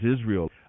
Israel